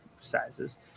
sizes